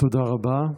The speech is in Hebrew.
תודה רבה.